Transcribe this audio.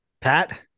Pat